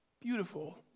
Beautiful